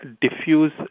diffuse